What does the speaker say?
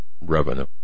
revenue